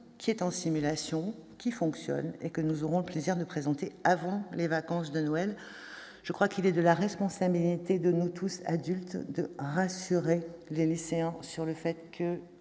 qui est en simulation, qui fonctionne, et que nous aurons le plaisir de présenter avant les vacances de Noël. Il est de notre responsabilité à tous, nous, adultes, de rassurer les lycéens sur le fait que